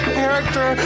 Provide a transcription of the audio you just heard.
character